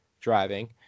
driving